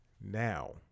now